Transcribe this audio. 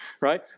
right